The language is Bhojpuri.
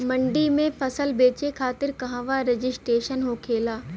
मंडी में फसल बेचे खातिर कहवा रजिस्ट्रेशन होखेला?